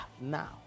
now